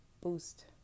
boost